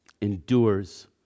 endures